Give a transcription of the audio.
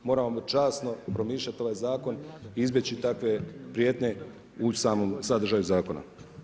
Moramo časno promišljati ovaj zakon, izbjeći takve prijetnje u samom sadržaju zakona.